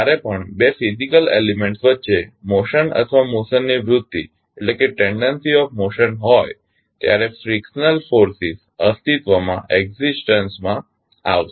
જ્યારે પણ બે ફીઝીકલ એલીમેન્ટ્સ વચ્ચે મોશન અથવા મોશનની વૃત્તિ હોય ત્યારે ફ્રીકશનલ ફોર્સિસ અસ્તિત્વ માં આવશે